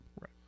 right